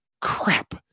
crap